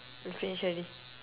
you finish already